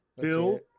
Bill